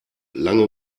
lange